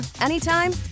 anytime